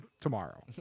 tomorrow